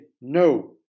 no